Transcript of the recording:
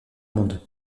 monde